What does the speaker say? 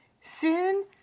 Sin